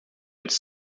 its